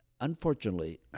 Unfortunately